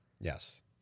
Yes